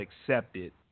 accepted